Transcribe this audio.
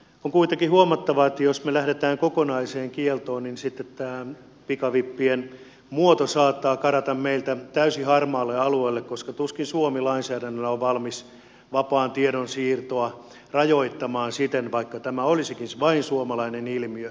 on kuitenkin huomattava että jos me lähdemme kokonaiseen kieltoon niin sitten tämä pikavippien muoto saattaa karata meiltä täysin harmaalle alueelle koska tuskin suomi lainsäädännöllä on valmis vapaan tiedon siirtoa rajoittamaan siten vaikka tämä olisikin vain suomalainen ilmiö